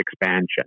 expansion